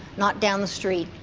not down the street.